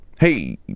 Hey